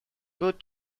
good